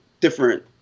different